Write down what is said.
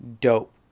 Dope